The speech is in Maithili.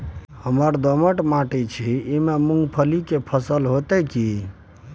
हमर दोमट माटी छी ई में मूंगफली के फसल होतय की नय?